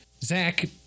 Zach